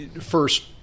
first